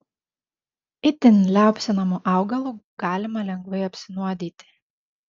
itin liaupsinamu augalu galima lengvai apsinuodyti